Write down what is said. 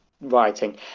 writing